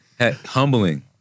Humbling